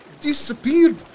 disappeared